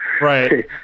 Right